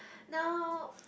now